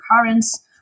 currents